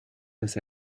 dass